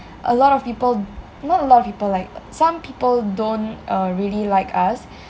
a lot of people not a lot of people like some people don't uh really like us